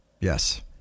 Yes